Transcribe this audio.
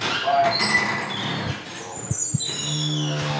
by the girl hesitated for a moment,